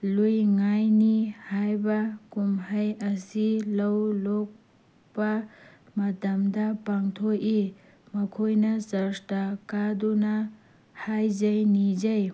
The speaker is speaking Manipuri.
ꯂꯨ ꯏꯉꯥꯏ ꯅꯤ ꯍꯥꯏꯕ ꯀꯨꯝꯍꯩ ꯑꯁꯤ ꯂꯧ ꯂꯣꯛꯄ ꯃꯇꯝꯗ ꯄꯥꯡꯊꯣꯛꯏ ꯃꯈꯣꯏꯅ ꯆꯔꯁꯇ ꯀꯥꯗꯨꯅ ꯍꯥꯏꯖꯩ ꯅꯤꯖꯩ